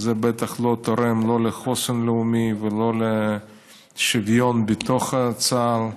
זה בטח לא תורם לא לחוסן הלאומי ולא לשוויון בתוך צה"ל.